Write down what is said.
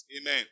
Amen